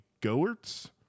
Goertz